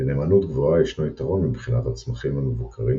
לנאמנות גבוהה ישנו יתרון מבחינת הצמחים המבוקרים,